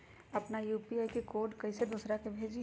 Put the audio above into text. अपना यू.पी.आई के कोड कईसे दूसरा के भेजी?